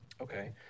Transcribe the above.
Okay